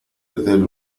del